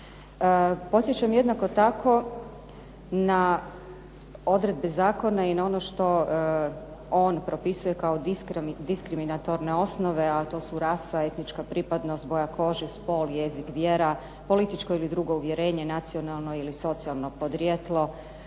Podsjećam jednako takao na odredbe zakona i na ono što on propisuje kao diskriminatorne osnove, a to su rasa i etnička pripadnost, boja kože, spol, jezik, vjera, političko i drugo uvjerenje, nacionalno ili socijalno podrijetlo,